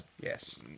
yes